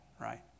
right